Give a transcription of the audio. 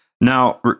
Now